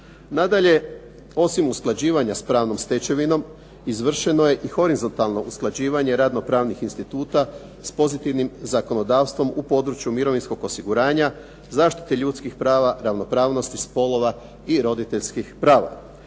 Nadalje, osim usklađivanja s pravnom stečevinom izvršeno je i horizontalno usklađivanje radno-pravnih instituta s pozitivnim zakonodavstvom u području mirovinskog osiguranja, zaštiti ljudskih prava, ravnopravnosti spolova i roditeljskih prava.